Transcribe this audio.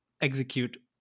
execute